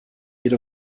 jede